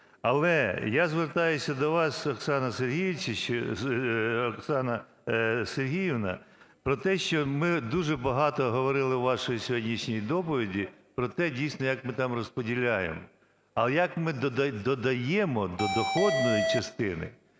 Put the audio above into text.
Але я звертаюся до вас, Оксано Сергіївно, про те, що ми дуже багато говорили в вашій сьогоднішній доповіді про те, дійсно, як ми там розподіляємо. Але, як ми додаємо до доходної частини